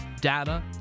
data